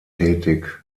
tätig